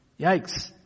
Yikes